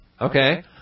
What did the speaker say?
Okay